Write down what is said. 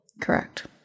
Correct